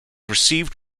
received